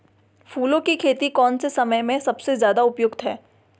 फूलों की खेती कौन से समय में सबसे ज़्यादा उपयुक्त है?